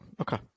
Okay